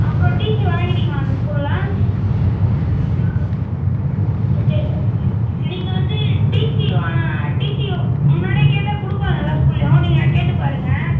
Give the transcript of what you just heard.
அப்புறம் டிசி வாங்கிவிட்டீங்களா அந்த ஸ்கூலில் ஓகே நீங்கள் வந்து டிசி வா டிசி முன்னாடியே கேட்டால் கொடுப்பாங்க எல்லா ஸ்கூல்லையும் நீங்கள் கேட்டு பாருங்கள்